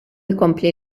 ikompli